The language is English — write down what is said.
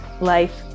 life